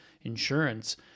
insurance